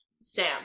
Sam